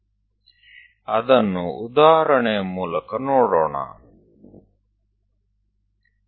ચાલો આપણે એક ઉદાહરણ દ્વારા તેના તરફ નજર કરીએ